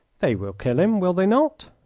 they will kill him, will they not?